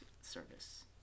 service